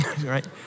right